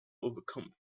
overcome